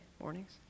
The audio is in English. mornings